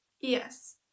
Yes